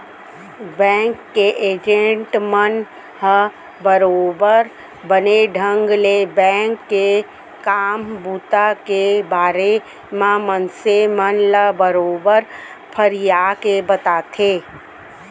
bank के agent मन ह बरोबर बने ढंग ले बेंक के काम बूता के बारे म मनसे मन ल बरोबर फरियाके बताथे